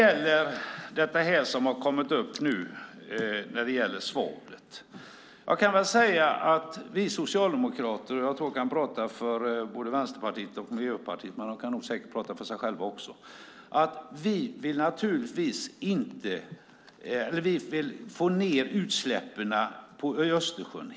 Vi socialdemokrater - och jag tror att jag kan tala för Vänsterpartiet och Miljöpartiet också även om de säkert kan tala för sig själva - vill helt klart minska utsläppen i Östersjön.